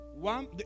One